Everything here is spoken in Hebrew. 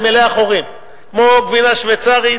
היא מלאה חורים כמו גבינה שוויצרית